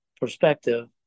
perspective